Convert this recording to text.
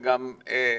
וגם פרופ'